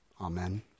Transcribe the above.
Amen